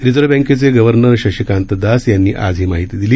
रिई़र्व्ह बँकेचे गर्व्हनर शशिकांत दास यांनी आज ही माहिती दिली